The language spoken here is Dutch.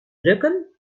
drukken